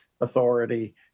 authority